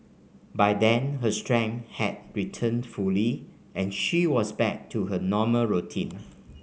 by then her strength had returned fully and she was back to her normal routine